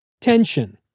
tension